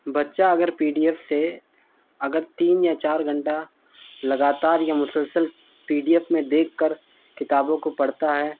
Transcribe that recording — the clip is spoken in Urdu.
بچہ اگر پی ڈی ایف سے اگر تین یا چار گھنٹہ لگاتار یا مسلسل پی ڈی ایف میں دیکھ کر کتابوں کو پڑھتا ہے